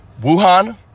Wuhan